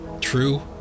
true